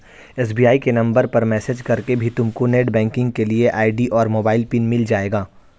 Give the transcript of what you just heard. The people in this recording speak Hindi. एस.बी.आई के नंबर पर मैसेज करके भी तुमको नेटबैंकिंग के लिए आई.डी और मोबाइल पिन मिल जाएगा